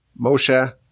Moshe